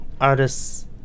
artists